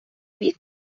вік